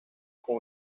con